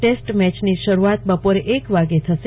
test મેયની શરૂઆત બપોર એક વાગે થશે